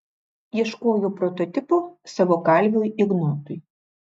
ieškojo prototipo savo kalviui ignotui